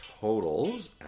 totals